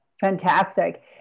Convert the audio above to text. Fantastic